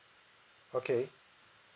okay